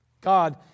God